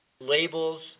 labels